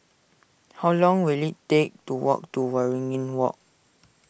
how long will it take to walk to Waringin Walk